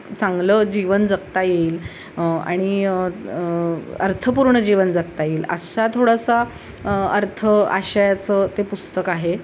चांगलं जीवन जगता येईल आणि अर्थपूर्ण जीवन जगता येईल अशा थोडासा अर्थ आशयाचं ते पुस्तक आहे